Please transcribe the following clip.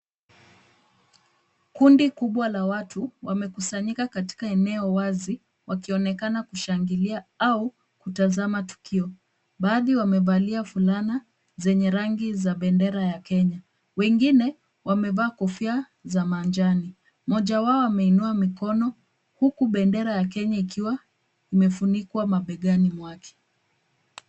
Kundi kubwa la watu wamekusanyika katika eneo wazi, wakionekana kushangilia au kutazama tukio. Baadhi wamevalia fulana zenye rangi za bendera ya Kenya. Wengine wamevaa kofia za manjano. Mmoja wao ameinua mikono huku bendera ya Kenya ikiwa imefunikwa mabegani mwake.